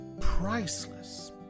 priceless